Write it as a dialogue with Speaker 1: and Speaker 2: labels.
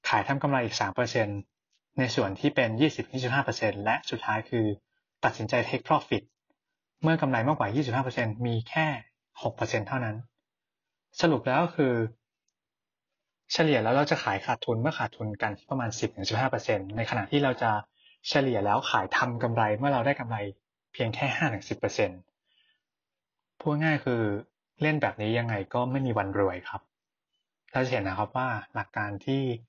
Speaker 1: ขายทำกำไรอีก 3% ในส่วนที่เป็น 20-25% และสุดท้ายคือตัดสินใจ take profit เมื่อกำไรมากกว่า 25% มีแค่ 6% เท่านั้น สรุปแล้วคือเฉลี่ยแล้วเราจะขายขาดทุนเมื่อขาดทุนกันที่ประมาณ 10-15% ในขณะที่เราจะเฉลี่ยแล้วขายทำกำไรเมื่อเราได้กำไรเพียงแค่ 5-10% พูดง่ายคือเล่นแบบนี้ยังไงก็ไม่มีวันรวยครับ เราจะเห็นนะครับว่าหลักการที่